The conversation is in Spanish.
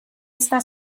esta